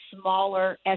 smaller